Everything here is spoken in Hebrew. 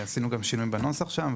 עשינו גם שינויים בנוסח שם,